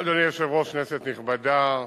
אדוני היושב-ראש, כנסת נכבדה,